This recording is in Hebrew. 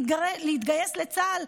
להתגייס לצה"ל,